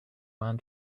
man